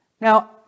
Now